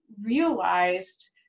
realized